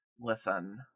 listen